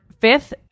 fifth